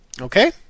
Okay